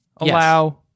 allow